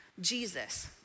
Jesus